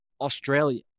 Australia